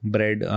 Bread